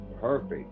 perfect